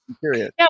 Period